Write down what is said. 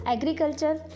Agriculture